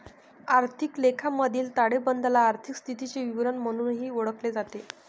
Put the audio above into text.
आर्थिक लेखामधील ताळेबंदाला आर्थिक स्थितीचे विवरण म्हणूनही ओळखले जाते